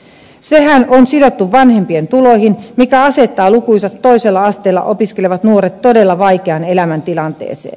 sehän on sidottu vanhempien tuloihin mikä asettaa lukuisat toisella asteella opiskelevat nuoret todella vaikeaan elämäntilanteeseen